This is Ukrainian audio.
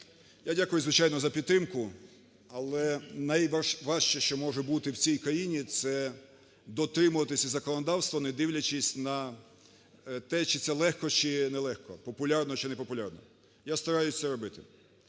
я дякую, звичайно, за підтримку, але найважче, що може бути в цій країні, це дотримуватися законодавства, не дивлячись на те, чи це легко, чи нелегко, популярно чи не популярно, я стараюсь це робити